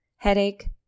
Headache